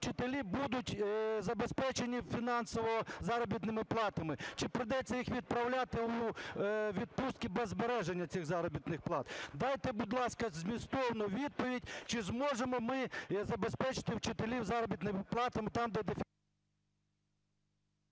вами, що вчителі будуть забезпечені фінансово заробітними платами? Чи прийдеться їх відправляти у відпустки без збереження цих заробітних плат? Дайте, будь ласка, змістовну відповідь, чи зможемо ми забезпечити вчителів заробітними платами там, де…